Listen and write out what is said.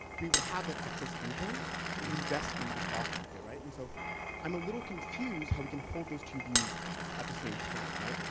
we would have that excess income to invest into the stock market, right? and so i'm a little confused how we can hold those two views at the same time, right?